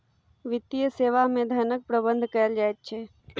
वित्तीय सेवा मे धनक प्रबंध कयल जाइत छै